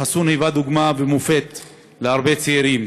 חסון היווה דוגמה ומופת להרבה צעירים,